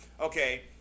okay